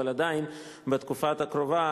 אבל עדיין בתקופה הקרובה,